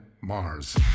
Mars